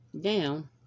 down